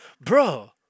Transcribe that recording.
bro